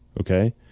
Okay